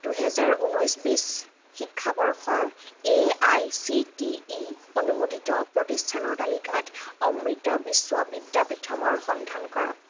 দুহেজাৰ ঊনৈশ বিছ শিক্ষাবৰ্ষৰ A I C T E অনুমোদিত প্ৰতিষ্ঠানৰ তালিকাত অমৃতা বিশ্ব বিদ্যাপীথমৰ সন্ধান কৰক